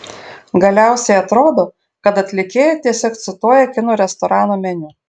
galiausiai atrodo kad atlikėja tiesiog cituoja kinų restorano meniu